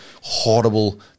Horrible